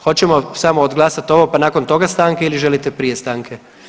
Hoćemo samo odglasati ovo pa nakon toga stanke ili želite prije stanke?